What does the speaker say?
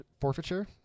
forfeiture